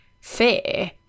fear